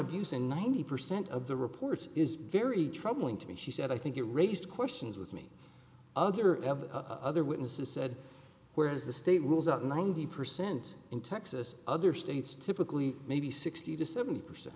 and ninety percent of the reports is very troubling to me she said i think it raised questions with me other have other witnesses said where is the state rules out ninety percent in texas other states typically maybe sixty to seventy percent